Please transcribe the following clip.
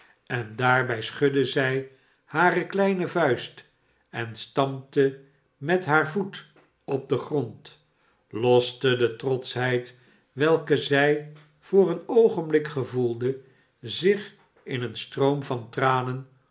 en daarbij schudde zij hare kleine vuist en stampte met haar voet op den grond loste de trotschheid welke zij voor een oogenblik gevoelde zich in een stroom van tranen